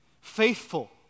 Faithful